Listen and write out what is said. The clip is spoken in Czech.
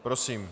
Prosím.